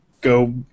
go